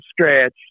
stretch